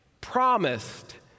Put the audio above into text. promised